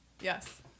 Yes